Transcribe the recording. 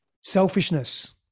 selfishness